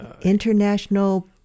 International